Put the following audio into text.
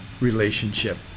relationship